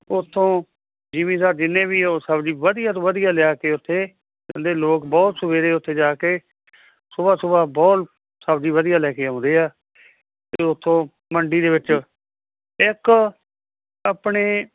ਉਥੋਂ ਜਿੰਮੀਦਾਰ ਜਿੰਨੇ ਵੀ ਉਹ ਸਬਜ਼ੀ ਵਧੀਆ ਤੋਂ ਵਧੀਆ ਲਿਆ ਕੇ ਉੱਥੇ ਕਹਿੰਦੇ ਲੋਕ ਬਹੁਤ ਸਵੇਰੇ ਉੱਥੇ ਜਾ ਕੇ ਸੁਬਹ ਸੁਬਹ ਬਹੁਤ ਸਬਜ਼ੀ ਵਧੀਆ ਲੈ ਕੇ ਆਉਂਦੇ ਆ ਅਤੇ ਉਥੋਂ ਮੰਡੀ ਦੇ ਵਿੱਚ ਇੱਕ ਆਪਣੇ